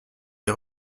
les